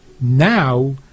now